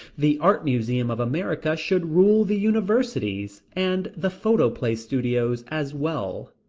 the art museums of america should rule the universities, and the photoplay studios as well.